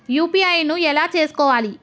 UPI ను ఎలా చేస్కోవాలి?